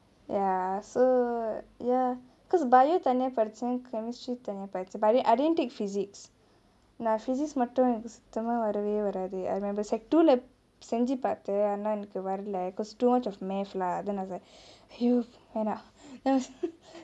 ya so ya because biology தனியா படிச்சே:thaniya padichae chemistry தனியா படிச்சே:thaniyaa padichae but I didn't take physics நா:naa physics மட்டும் எனக்கு சுத்தமா வரவே வராது:mattum enaku suthamaa varave varaathu I remember secondary two லே செஞ்சு பாத்தே ஆனா எனக்கு வரலே:le senju paathae aane enaku varale because too much of math lah then I was like !eww! வேனா:venaa then I was